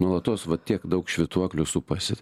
nuolatos va tiek daug švytuoklių supasi